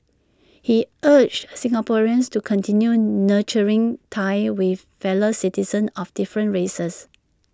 he urged Singaporeans to continue nurturing ties with fellow citizens of different races